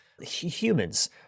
humans